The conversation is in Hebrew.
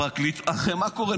הרי מה קורה?